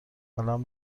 قلم